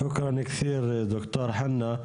שוקראן אכת'יר ד"ר חנא.